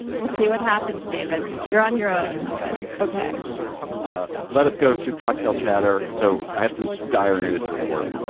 we'll see what happens david you're on your own but ok ah let us go to cocktail chatter. so i have some dire news to report.